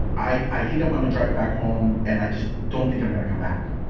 i i think i'm gonna drive back home. and i just don't think i'm gonna come back.